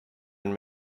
and